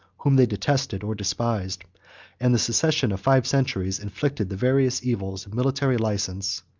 whom they detested or despised and the succession of five centuries inflicted the various evils of military license,